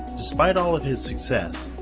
despite all of his success,